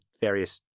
various